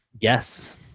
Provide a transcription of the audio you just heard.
Yes